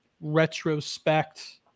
retrospect